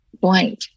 blank